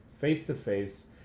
face-to-face